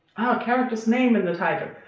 ah, character's name in the title!